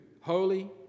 holy